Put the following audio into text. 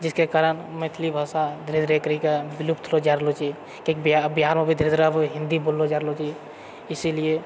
जिसके कारण मैथिली भाषा धीरे धीरे करिके विलुप्त होल जा रहल छै किआकि बिहारमे भी धीरे धीरे अब हिन्दी बोललो जा रहलो छै इसीलिए